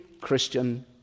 Christian